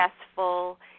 successful